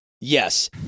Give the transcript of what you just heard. yes